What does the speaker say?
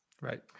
Right